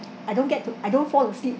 I don't get to I don't fall asleep